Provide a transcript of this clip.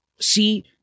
See